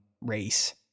race